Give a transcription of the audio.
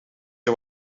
hij